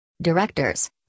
Directors